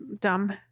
Dumb